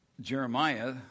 Jeremiah